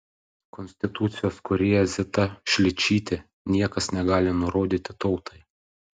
konstitucijos kūrėja zita šličytė niekas negali nurodyti tautai